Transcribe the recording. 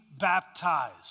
baptized